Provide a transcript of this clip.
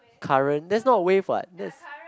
current that's not wave what that's